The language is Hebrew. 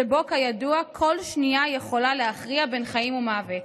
שבו כידוע, כל שנייה יכולה להכריע בין חיים ומוות.